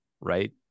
right